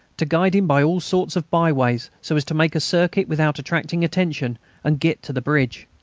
to guide him by all sorts of byways so as to make a circuit without attracting attention and get to the bridge.